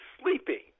sleeping